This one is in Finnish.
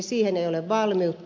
siihen ei ole valmiutta